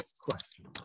question